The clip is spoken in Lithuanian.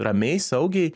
ramiai saugiai